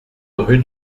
rue